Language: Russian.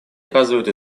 оказывают